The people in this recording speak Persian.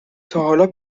تاحالا